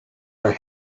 our